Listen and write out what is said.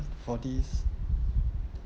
for this